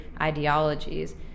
ideologies